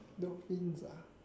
dolphins ah